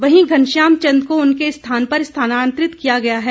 वहीं घनश्याम चंद को उनके स्थान पर स्थानान्तिरित किया गया है